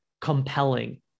compelling